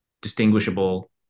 distinguishable